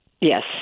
Yes